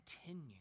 continue